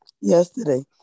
yesterday